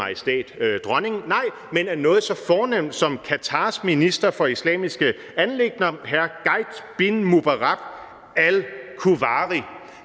Majestæt Dronningen, nej, men af noget så fornemt som Qatars minister for islamiske anliggender, hr. Gaith bin Mubarak al-Kuwari